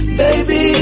baby